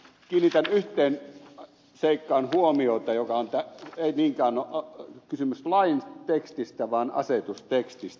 kiinnitän yhteen seikkaan huomiota ei niinkään ole kysymys lain tekstistä vaan asetustekstistä